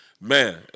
Man